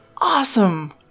awesome